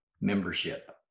membership